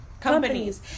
companies